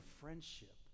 friendship